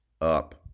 up